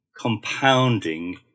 compounding